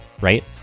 right